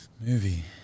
Movie